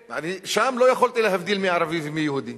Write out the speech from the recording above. שם לא יכולתי להבדיל מי ערבי ומי יהודי,